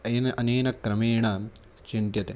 ऐन अनेन क्रमेण चिन्त्यते